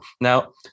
Now